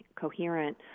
coherent